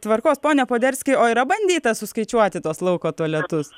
tvarkos pone poderski o yra bandyta suskaičiuoti tuos lauko tualetus